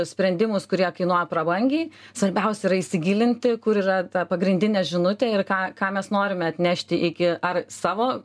sprendimus kurie kainuoja prabangiai svarbiausia yra įsigilinti kur yra ta pagrindinė žinutė ir ką ką mes norime atnešti iki ar savo